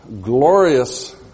glorious